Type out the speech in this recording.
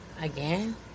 again